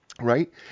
Right